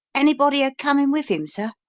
anybody a-comin' with him, sir?